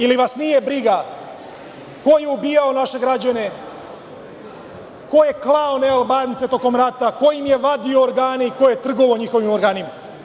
Ili vas nije briga ko je ubijao naše građane, ko je klao nealbance tokom rata, ko im je vadio organe i ko je trgovao njihovim organima?